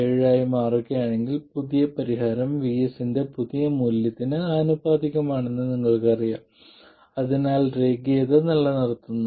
7 ആയി മാറുകയാണെങ്കിൽ പുതിയ പരിഹാരം VS ന്റെ പുതിയ മൂല്യത്തിന് ആനുപാതികമാണെന്ന് നിങ്ങൾക്കറിയാം അതിനാൽ രേഖീയത നിലനിർത്തുന്നു